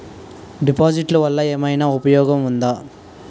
డిపాజిట్లు వల్ల ఏమైనా ఉపయోగం ఉందా?